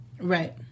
Right